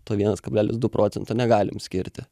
to vienas kablelis du procento negalim skirti